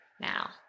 now